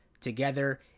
together